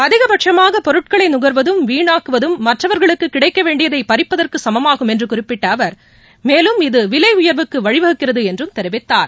அதிகபட்சமாக பொருட்களை நுகர்வதும் வீணாக்குவதும் மற்றவர்களுக்கு கிடைக்க வேண்டியதை பறிப்பதற்கு சுமமாகும் என்று குறிப்பிட்ட அவா் மேலும் இது விலை உயாவுக்கு வழிவகுக்கிறது என்றும் தெரிவித்தார்